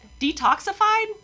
detoxified